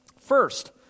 First